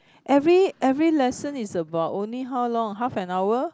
every every lesson is about only how long half an hour